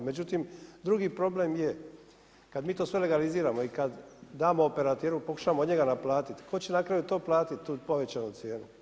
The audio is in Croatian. Međutim, drugi problem je kad mi to sve legaliziramo i kad damo operater, pokušamo od njega naplatiti, tko će na kraju to platiti, tu povećanu cijenu?